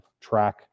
track